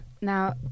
Now